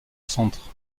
centre